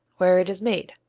where it is made.